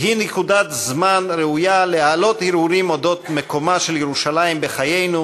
היא נקודת זמן ראויה להעלות הרהורים על אודות מקומה של ירושלים בחיינו,